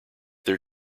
their